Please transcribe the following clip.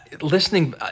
listening